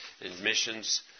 admissions